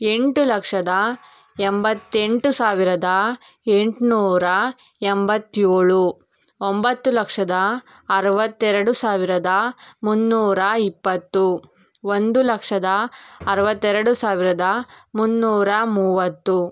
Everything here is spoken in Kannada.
ಎಂಟು ಲಕ್ಷದ ಎಂಬತ್ತೆಂಟು ಸಾವಿರದ ಎಂಟುನೂರಾ ಎಂಬತ್ತೇಳು ಒಂಬತ್ತು ಲಕ್ಷದ ಅರವತ್ತೆರಡು ಸಾವಿರದ ಮೂನ್ನೂರ ಇಪ್ಪತ್ತು ಒಂದು ಲಕ್ಷದ ಅರವತ್ತೆರಡು ಸಾವಿರದ ಮುನ್ನೂರ ಮೂವತ್ತು